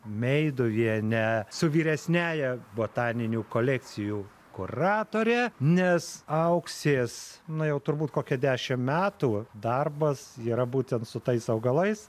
meiduviene su vyresniąja botaninių kolekcijų kuratorė nes auksės nu jau turbūt kokia dešimt metų darbas yra būtent su tais augalais